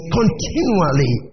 continually